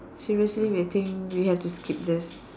seriously I think we have to skip this